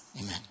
Amen